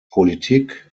politik